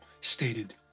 stated